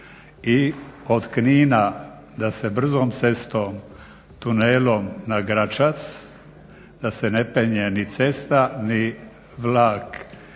i od Knina da se brzom cestom tunelom na Gračac da se ne penje ni cesta ni vlak